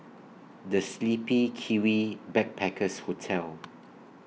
The Sleepy Kiwi Backpackers Hotel